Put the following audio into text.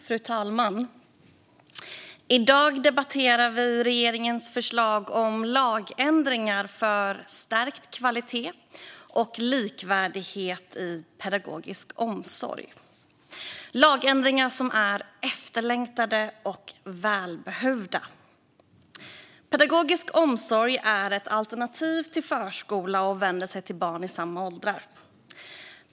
Fru talman! I dag debatterar vi regeringens förslag om lagändringar för stärkt kvalitet och likvärdighet i pedagogisk omsorg. Det är lagändringar som är efterlängtade och välbehövliga. Pedagogisk omsorg är ett alternativ till förskola, och de vänder sig till barn i samma åldrar.